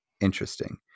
interesting